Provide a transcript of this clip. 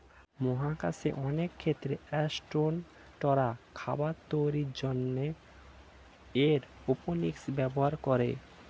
মহাকাশে অনেক ক্ষেত্রে অ্যাসট্রোনটরা খাবার তৈরির জন্যে এরওপনিক্স ব্যবহার করে